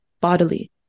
bodily